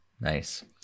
Nice